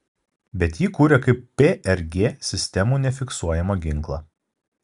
bet jį kūrė kaip prg sistemų nefiksuojamą ginklą